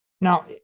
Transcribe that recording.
Now